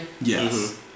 Yes